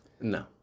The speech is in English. No